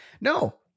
No